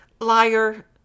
liar